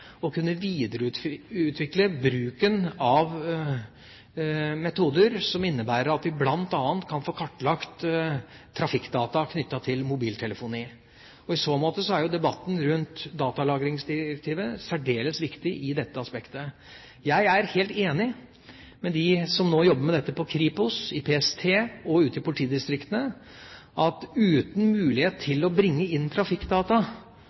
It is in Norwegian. å kunne videreutvikle bruken av metoder som innebærer at vi bl.a. kan få kartlagt trafikkdata knyttet til mobiltelefoni. I så måte er debatten rundt datalagringsdirektivet særdeles viktig i dette aspektet. Jeg er helt enig med dem som nå jobber med dette i Kripos, i PST og ute i politidistriktene, at uten mulighet til å bringe inn trafikkdata